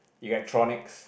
electronics